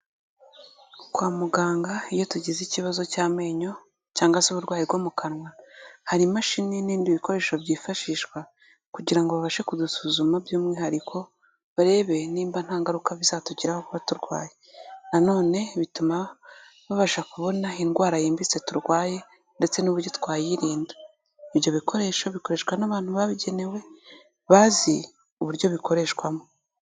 Kwa muganga iyo tugize ikibazo cy'amenyo cyangwa se uburwayi bwo mu kanwa, hari imashini n'ibindi bikoresho byifashishwa kugira ngo babashe kudusuzuma by'umwihariko, barebe nimba ntangaruka bizatugiraho kuba turwaye. Nanone bituma babasha kubona indwara yimbitse turwaye ndetse n'uburyo twayirinda. Ibyo bikoresho, bikoreshwa n'abantu babigenewe, bazi uburyo bikoreshwamo.